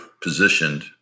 positioned